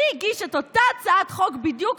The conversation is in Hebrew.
מי הגיש את אותה הצעת חוק בדיוק,